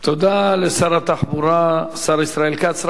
תודה לשר התחבורה, השר ישראל כץ.